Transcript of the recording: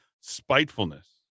spitefulness